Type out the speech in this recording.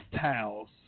towels